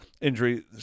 injury